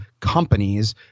companies